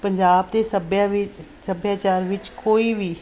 ਪੰਜਾਬ ਅਤੇ ਸੱਭਿਆ ਵੀ ਸੱਭਿਆਚਾਰ ਵਿੱਚ ਕੋਈ ਵੀ